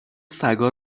سگا